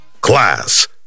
Class